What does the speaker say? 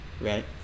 Right